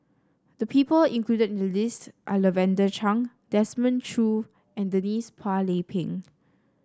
the people included in the list are Lavender Chang Desmond Choo and Denise Phua Lay Peng